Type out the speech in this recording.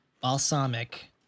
Balsamic